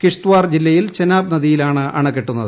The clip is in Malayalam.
കിഷ്ത്വാർ ജില്ലയിൽ ചെനാബ് നദിയിലാണ് അണകെട്ടുന്നത്